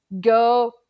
Go